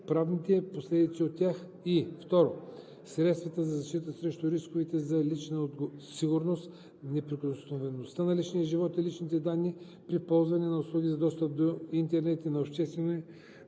правните последици от тях, и 2. средствата за защита срещу рисковете за личната сигурност, неприкосновеността на личния живот и личните данни при ползването на услуги за достъп до интернет и на обществени